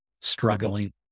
struggling